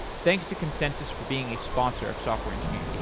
thanks to consensys for being a sponsor of software engineering daily.